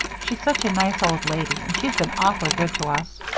she's such a nice old lady and she's been awfully good to us.